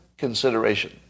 consideration